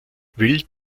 wild